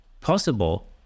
possible